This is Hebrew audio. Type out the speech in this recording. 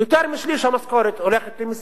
יותר משליש המשכורת הולך למסים.